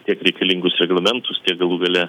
tiek reikalingus reglamentus tiek galų gale